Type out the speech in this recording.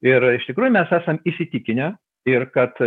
ir iš tikrųjų mes esam įsitikinę ir kad